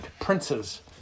princes